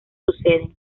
suceden